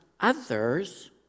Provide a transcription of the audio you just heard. others